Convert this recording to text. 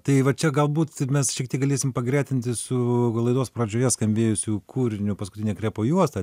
tai va čia galbūt mes šiek tiek galėsim pagretinti su laidos pradžioje skambėjusiu kūriniu paskutinė krepo juosta